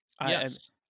Yes